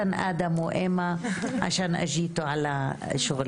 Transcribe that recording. הישיבה ננעלה בשעה